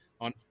on